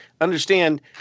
understand